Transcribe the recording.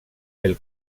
del